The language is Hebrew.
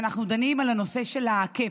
ואנחנו דנים על הנושא של ה-cap.